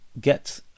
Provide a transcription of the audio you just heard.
get